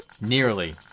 Nearly